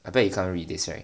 I bet you can't read this right